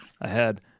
ahead